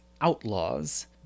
outlaws